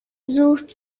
sucht